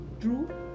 True